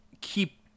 keep